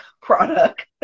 product